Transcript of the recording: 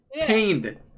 pained